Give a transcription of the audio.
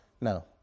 No